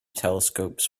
telescopes